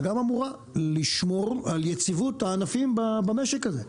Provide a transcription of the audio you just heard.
וגם אמורה לשמור על יציבות הענפים במשק הזה.